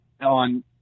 on